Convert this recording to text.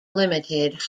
limited